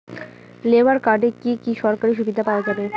Labour কার্ডে কি কি সরকারি সুবিধা পাওয়া যাবে?